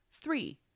three